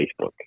Facebook